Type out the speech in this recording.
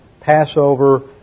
Passover